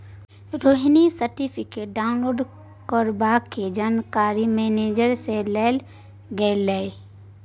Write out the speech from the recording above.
Rohini certificate download करबाक जानकारी manager सँ लेल गेलै